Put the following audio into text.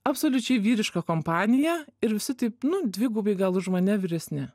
absoliučiai vyriška kompanija ir visi taip nu dvigubai gal už mane vyresni